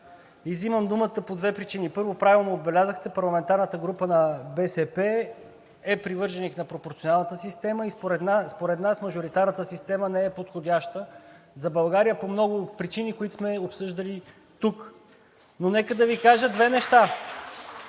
вземам думата по две причини. Първо, правилно отбелязахте – парламентарната група на БСП е привърженик на пропорционалната система и според нас мажоритарната система не е подходяща за България по много причини, които сме обсъждали тук. (Ръкопляскания